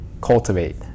cultivate